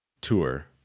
tour